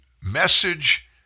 message